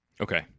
Okay